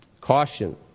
Caution